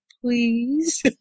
please